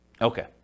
Okay